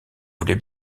voulez